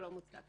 לא רק חכמים.